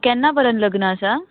केन्ना परेन लग्न आसा